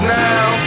now